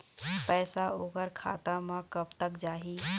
पैसा ओकर खाता म कब तक जाही?